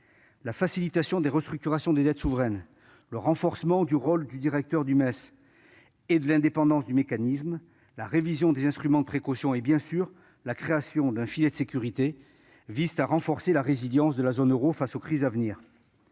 : faciliter les restructurations des dettes souveraines ; renforcer le rôle du directeur du MES et l'indépendance du mécanisme ; réviser les instruments de précaution ; et, bien sûr, créer un filet de sécurité. Ces évolutions visent à renforcer la résilience de la zone euro face aux crises à venir.